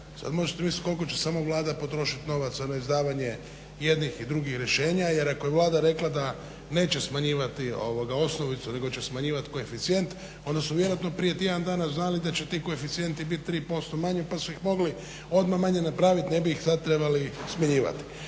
Sad možete misliti koliko će samo Vlada potrošiti novaca na izdavanje jednih i drugih rješenja jer ako je Vlada rekla da neće smanjivati osnovicu nego će smanjivati koeficijent onda su vjerojatno prije tjedan dana znali da će ti koeficijenti biti 3% manji pa su ih mogli odmah manje napraviti, ne bi ih sad trebali smjenjivati.